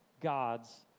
gods